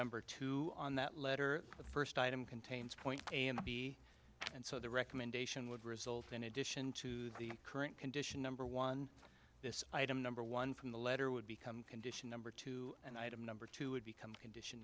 number two on that letter the first item contains point a and b and so the recommendation would result in addition to the current condition number one this item number one from the letter would become condition number two and item number two it become